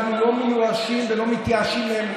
אנחנו לא מיואשים ולא מתייאשים מהם.